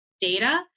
data